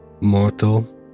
mortal